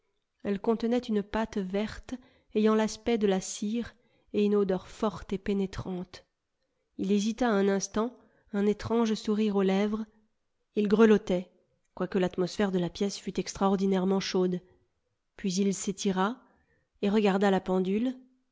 elle contenait une pâte verte ayant l'aspect de la cire et une odeur forte et pénétrante il hésita un instant un étrange sourire aux lèvres grelottait quoique l'atmosphère de la pièce fût extraordinairement chaude puis il s'étira et regarda la pendule